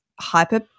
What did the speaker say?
hyper